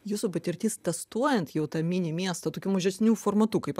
jūsų patirtis testuojant jau tą mini miestą tokiu mažesniu formatu kaip